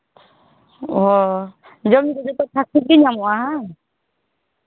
ᱡᱚᱢ ᱠᱚ ᱡᱚᱛᱚ ᱴᱷᱤᱠ ᱴᱷᱟᱠᱜᱮ ᱧᱟᱢᱚᱜᱼᱟ ᱵᱟᱝ